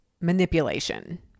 manipulation